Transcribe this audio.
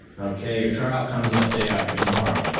okay, your trial comes up day after tomorrow.